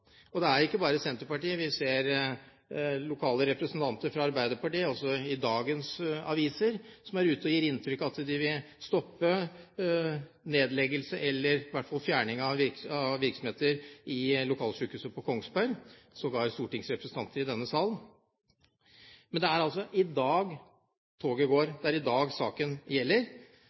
Og det er ikke bare Senterpartiet, vi ser lokale representanter fra Arbeiderpartiet som også i dagens aviser er ute og gir inntrykk av at de vil stoppe nedleggelse, eller i hvert fall fjerning, av virksomheter i lokalsykehuset på Kongsberg – sågar stortingsrepresentanter i denne sal. Men det er i dag toget går. Det er i dag saken gjelder.